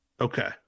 Okay